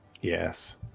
Yes